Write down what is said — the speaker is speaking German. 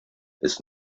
ist